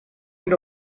and